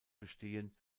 bestehen